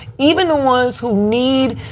even the ones who need,